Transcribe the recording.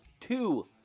two